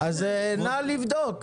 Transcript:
אז נא לבדוק.